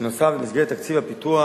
בנוסף, במסגרת תקציב הפיתוח